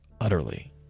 utterly